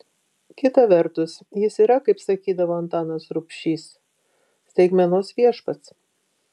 kita vertus jis yra kaip sakydavo antanas rubšys staigmenos viešpats